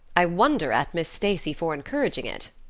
i wonder at miss stacy for encouraging it.